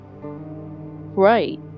right